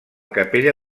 capella